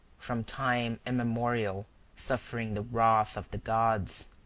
from time immemorial suffering the wrath of the gods?